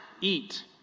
eat